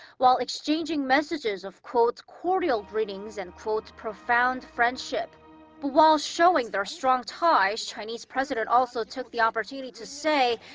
while exchanging messages of quote cordial greetings and quote profound friendship. but while showing their strong ties, chinese president also took the opportunity to say.